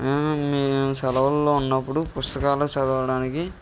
మీ సెలవుల్లో ఉన్నప్పుడు పుస్తకాలు చదవడానికి